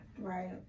right